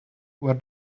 were